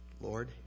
Lord